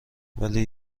ولی